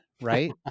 Right